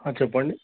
చెప్పండి